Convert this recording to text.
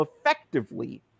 effectively